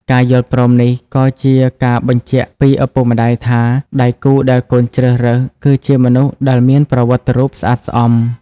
ការយល់ព្រមនេះក៏ជាការបញ្ជាក់ពីឪពុកម្ដាយថា ដៃគូដែលកូនជ្រើសរើសគឺជាមនុស្សដែលមានប្រវត្តិរូបស្អាតស្អំ។